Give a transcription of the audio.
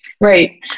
Right